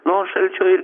na o šalčio ir